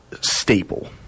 staple